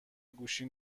گوشی